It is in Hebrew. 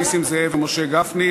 נסים זאב ומשה גפני,